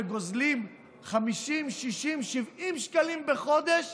וגוזלים 50, 60, 70 שקלים בחודש